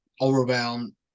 overwhelm